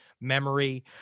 memory